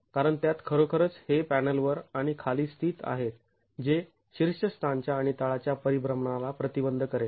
कारण त्यात खरोखरच हे पॅनल वर आणि खाली स्थित आहेत जे शीर्षस्थानाच्या आणि तळाच्या परिभ्रमणाला प्रतिबंध करेल